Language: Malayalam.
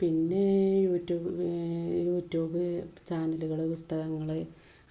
പിന്നെ യൂട്യൂബ് യൂട്യൂബ് ചാനലുകള് പുസ്തകങ്ങള്